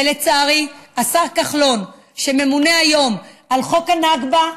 ולצערי, השר כחלון, שממונה היום על חוק הנכבה,